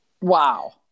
wow